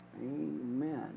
Amen